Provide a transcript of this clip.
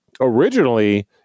originally